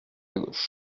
gauche